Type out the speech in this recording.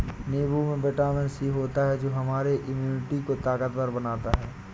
नींबू में vitamin C होता है जो हमारे इम्यूनिटी को ताकतवर बनाता है